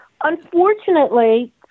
Unfortunately